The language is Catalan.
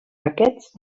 paquets